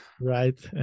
Right